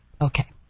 Okay